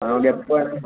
ആ നമുക്ക് എപ്പം വെണമെങ്കിൽ